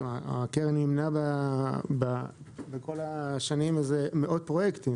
הקרן מימנה בכל השנים מאות פרויקטים.